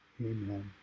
Amen